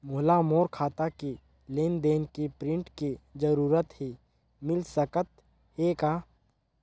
मोला मोर खाता के लेन देन के प्रिंट के जरूरत हे मिल सकत हे का?